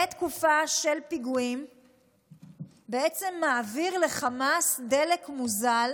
בתקופה של פיגועים בעצם מעביר לחמאס דלק מוזל